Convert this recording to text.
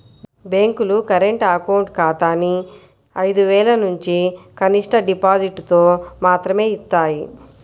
బ్యేంకులు current account ఖాతాని ఐదు వేలనుంచి కనిష్ట డిపాజిటుతో మాత్రమే యిస్తాయి